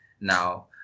now